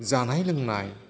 जानाय लोंनाय